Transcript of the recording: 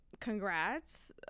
Congrats